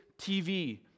TV